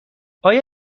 آیا